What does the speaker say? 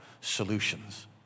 solutions